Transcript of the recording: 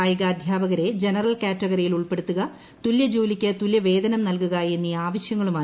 കായിക അധ്യാപകരെ ജനറൽ കാറ്റഗറിയിൽ ഉൾപ്പെടുത്തുക തുല്യ ജോലിക്ക് തുല്യവേതനം നൽകുക എന്നീ ആവശ്യങ്ങളുമായി